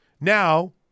Now